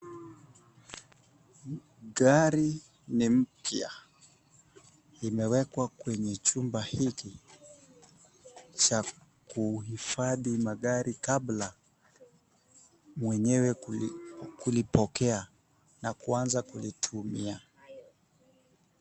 Gari ni mpya, imewekwa kwenye chumba hiki cha kuhifadhi magari kabla mwenyewe kulipokea na kuanza kulitumia.